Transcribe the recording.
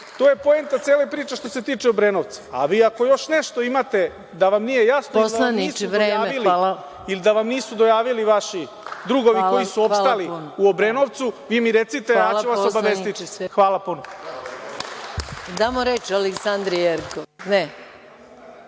To je poenta cele priče što se tiče Obrenovca, a vi ako još nešto imate da vam nije jasno, da vam nisu dojavili vaši drugovi koji su opstali Obrenovcu, vi mi recite, a ja ću vas obavestiti. Hvala puno.